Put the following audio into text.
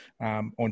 on